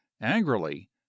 angrily